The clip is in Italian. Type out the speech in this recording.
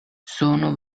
sono